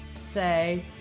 say